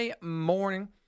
Morning